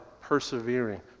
persevering